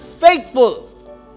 Faithful